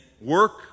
work